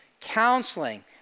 counseling